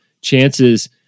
Chances